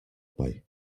pai